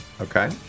Okay